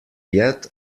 yet